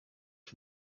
for